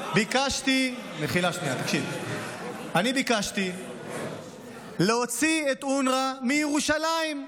אני ביקשתי להוציא את אונר"א מירושלים.